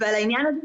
על העניין הזה,